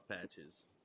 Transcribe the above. patches